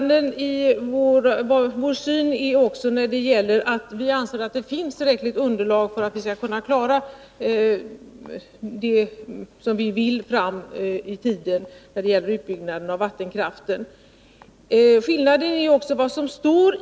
Det finns en skillnad i vår syn på om underlaget för att vi skall kunna klara av att nå de framtida målen när det gäller utbyggnaden av vattenkraft är tillräckligt. Vi anser att det finns ett tillräckligt sådant underlag.